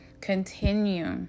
continue